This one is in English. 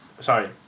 Sorry